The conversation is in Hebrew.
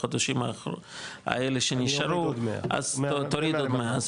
בחודשים האלה שנשארו אז תוריד עוד מאה,